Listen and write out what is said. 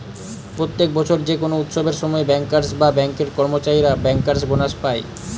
প্রত্যেক বছর যে কোনো উৎসবের সময় বেঙ্কার্স বা বেঙ্ক এর কর্মচারীরা বেঙ্কার্স বোনাস পায়